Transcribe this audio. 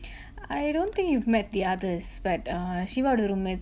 I don't think you've met the others but err shiya ஓட:oda roommate